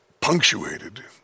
punctuated